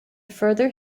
further